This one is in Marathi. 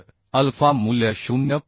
तर अल्फा मूल्य 0